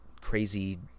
crazy